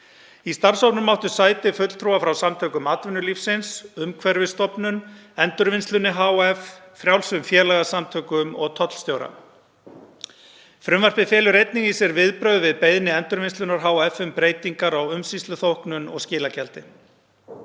Í starfshópnum áttu sæti fulltrúar frá Samtökum atvinnulífsins, Umhverfisstofnun, Endurvinnslunni hf., frjálsum félagasamtökum og tollstjóra. Frumvarpið felur einnig í sér viðbrögð við beiðni Endurvinnslunnar hf. um breytingar á umsýsluþóknun og skilagjaldi.